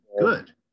good